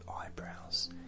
eyebrows